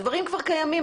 הדברים כבר קיימים,